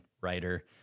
writer